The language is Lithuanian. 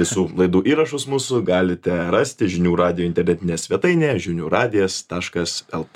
visų laidų įrašus mūsų galite rasti žinių radijo internetinėje svetainėje žinių radijas taškas lt